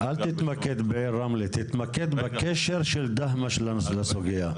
אל תתמקד ברמלה, תתמקד בקשר של דהמש לסוגיה.